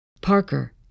Parker